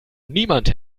niemand